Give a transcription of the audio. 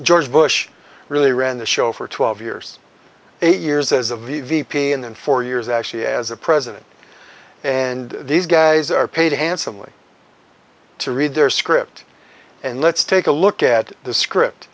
george bush really ran the show for twelve years eight years as of the peon and four years actually as a president and these guys are paid handsomely to read their script and let's take a look at the script